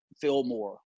Fillmore